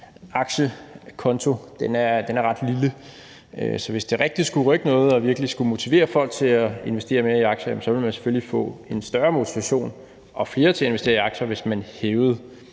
aktiekonto, er ret lille. Så hvis det rigtig skulle rykke noget og virkelig skulle motivere folk til at investere mere i aktier, ville der selvfølgelig være en større motivation, og man ville få flere til at investere i aktier, hvis man hævede